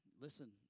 Listen